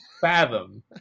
fathom